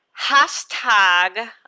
Hashtag